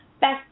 best